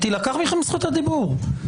תילקח מכם זכות הדיבור.